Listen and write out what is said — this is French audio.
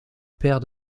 père